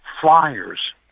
Flyers